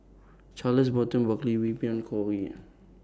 Charles Burton Buckley Wee Beng Chong Ean